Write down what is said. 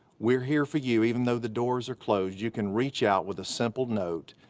we're here for you even though the doors are closed, you can reach out with a simple note,